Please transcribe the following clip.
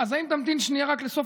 אפשר לשאול שאלה?